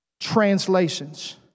translations